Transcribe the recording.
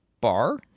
bar –